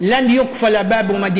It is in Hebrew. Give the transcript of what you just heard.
להלן תרגומם: